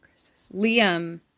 Liam